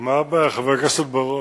מה הבעיה, חבר הכנסת בר-און?